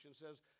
says